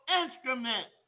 instrument